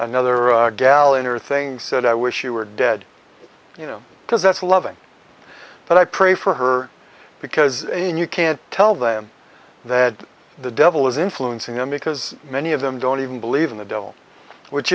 another a gallon or thing said i wish you were dead you know because that's a loving but i pray for her because again you can't tell them that the devil is influencing them because many of them don't even believe in the devil which